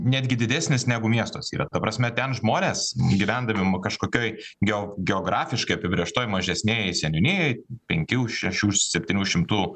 netgi didesnis negu miestuos yra ta prasme ten žmonės gyvendami m kažkokioj geo geografiškai apibrėžtoj mažesnėj seniūnijoj penkių šešių septynių šimtų